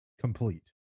complete